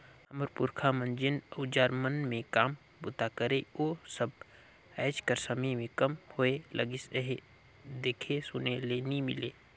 हमर पुरखा मन जेन अउजार मन मे काम बूता करे ओ सब आएज कर समे मे कम होए लगिस अहे, देखे सुने ले नी मिले